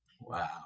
Wow